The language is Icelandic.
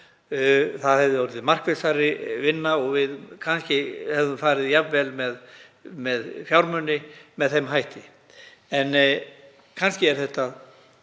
Það hefði orðið markvissari vinna og við hefðum kannski farið jafn vel með fjármuni með þeim hætti. En kannski er þetta